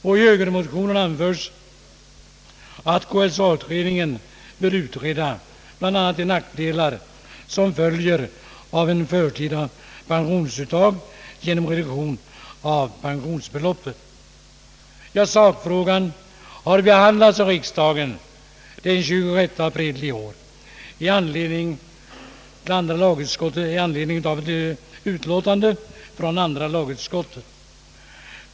I högermotionerna anförs att KSA-utredningen bör utreda bl.a. de nackdelar som följer av ett förtida pensionsuttag genom reduktion av pensionsbeloppet. Sakfrågan har behandlats av riksdagen den 26 april i år i anledning av andra lagutskottets utlåtande nr 39.